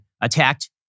attacked